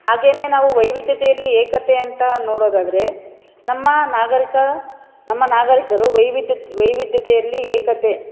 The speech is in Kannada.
ಹಾಗೇನೇ ನಾವು ವೈವಿಧ್ಯತೆಯಲ್ಲಿ ಏಕತೆ ಅಂತ ನೋಡೋದಾದರೆ ನಮ್ಮ ನಾಗರಿಕ ನಮ್ಮ ನಾಗರಿಕರು ವೈವಿಧ್ಯತೆ ವೈವಿಧ್ಯತೆಯಲ್ಲಿ ಏಕತೆ